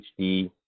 HD